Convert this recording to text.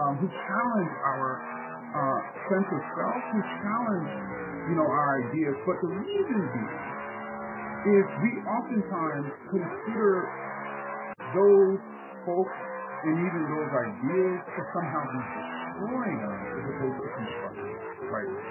um who challenge our ah sense of self, who challenge you know our ideas. but the reason being is we oftentimes consider those folks and even those ideas to somehow be destroying us as opposed to constructing us, right?